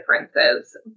differences